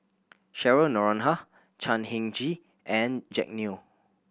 Cheryl Noronha Chan Heng Chee and Jack Neo